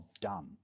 done